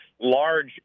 large